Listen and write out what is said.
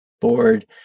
board